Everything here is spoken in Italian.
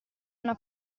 una